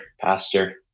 pastor